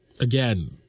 again